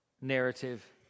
narrative